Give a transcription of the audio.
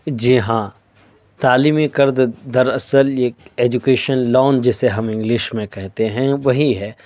جی ہاں تعیلمی قرض در اصل ایک ایجوکیشن لون جیسے ہم انگلش میں کہتے ہیں وہی ہے